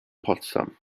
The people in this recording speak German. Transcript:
potsdam